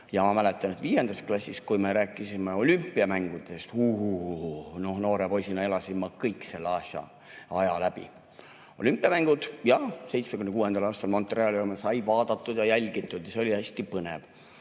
Ma mäletan, et viiendas klassis, kui me rääkisime olümpiamängudest – hu-hu-huu, noh, noore poisina ma elasin kõik selle aja läbi. Olümpiamänge, jah, 1976. aastal Montréalis sai vaadatud ja jälgitud ja see oli hästi põnev.